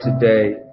today